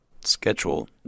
schedule